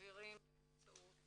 מעבירים באמצעות